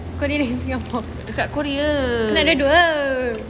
dekat korea